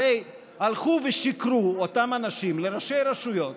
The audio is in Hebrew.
הרי הלכו ושיקרו אותם אנשים לראשי רשויות: